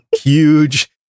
huge